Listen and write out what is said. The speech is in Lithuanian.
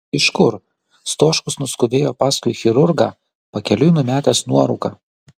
iš kur stoškus nuskubėjo paskui chirurgą pakeliui numetęs nuorūką